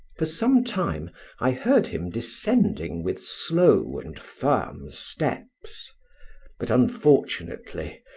for some time i heard him descending with slow and firm steps but unfortunately,